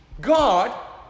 God